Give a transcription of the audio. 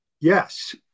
Yes